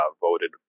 voted